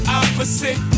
opposite